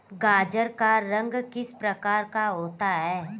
गाजर का रंग किस प्रकार का होता है?